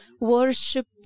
worship